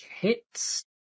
hits